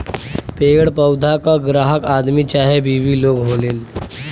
पेड़ पउधा क ग्राहक आदमी चाहे बिवी लोग होलीन